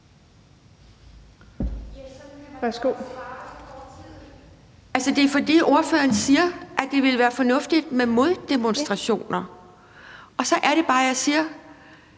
det er, fordi ordføreren siger, at det ville være fornuftigt med moddemonstrationer, og så er det bare, jeg siger: